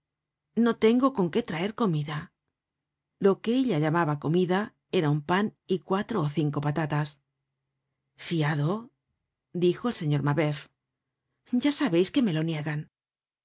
no tengo con qué traer comida lo que ella llamaba comida era un pan y cuatro ó cinco patatas fiado dijo el señor mabeuf ya sabeis que me lo niegan